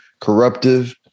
corruptive